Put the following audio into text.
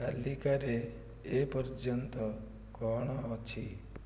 ତାଲିକାରେ ଏ ପର୍ଯ୍ୟନ୍ତ କ'ଣ ଅଛି